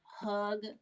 hug